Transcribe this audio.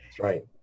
right